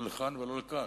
לא לכאן ולא לכאן.